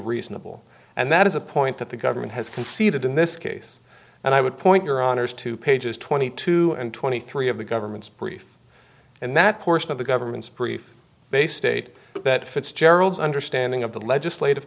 reasonable and that is a point that the government has conceded in this case and i would point your honour's to pages twenty two and twenty three of the government's brief and that portion of the government's brief baystate that fitzgerald's understanding of the legislative